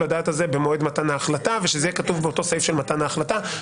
הדעת הזה במועד מתן ההחלטה ושזה יהיה כתוב באותו סעיף של מתן ההחלטה.